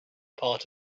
part